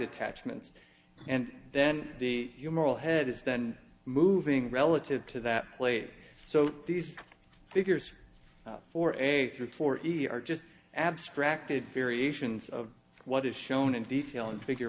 attachments and then the humoral head is then moving relative to that plate so these figures for a three four ear are just abstracted variations of what is shown in detail in figure